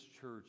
church